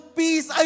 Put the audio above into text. peace